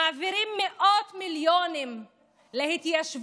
מעבירים מאות מיליונים להתיישבויות